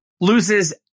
loses